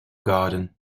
garden